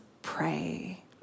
pray